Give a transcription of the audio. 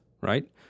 Right